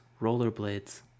rollerblades